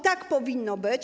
Tak powinno być.